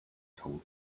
told